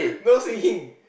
no singing